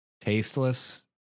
Tasteless